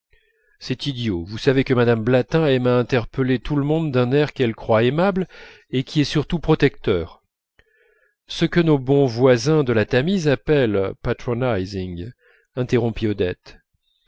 c'est idiot vous savez que mme blatin aime à interpeller tout le monde d'un air qu'elle croit aimable et qui est surtout protecteur ce que nos bons voisins de la tamise appellent patronizing interrompit odette